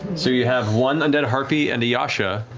so you have one undead harpy and a yasha,